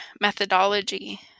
methodology